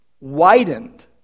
widened